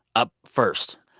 up first.